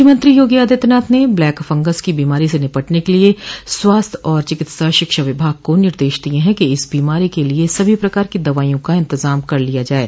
मुख्यमंत्री योगी आदित्यनाथ ने black fungus की बीमारी से निपटने के लिए स्वास्थ्य एवं चिकित्सा शिक्षा विभाग को निर्देश दिये हैं कि इस बीमारी के लिए सभी प्रकार की दवाइयों का इन्तजाम कर लिया जाये